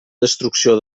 destrucció